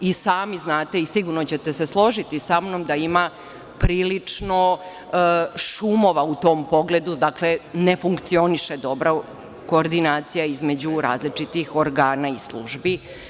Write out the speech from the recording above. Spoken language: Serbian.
Sami znate i sigurno ćete se složiti sa mnom da ima prilično šumova u tom pogledu, dakle, ne funkcioniše dobro koordinacija između različitih organa i službi.